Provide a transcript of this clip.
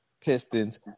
Pistons